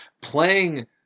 Playing